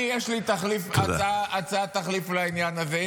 אני, יש לי הצעת תחליף לעניין הזה.